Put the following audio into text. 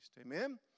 Amen